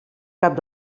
cap